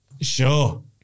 Sure